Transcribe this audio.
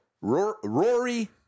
Rory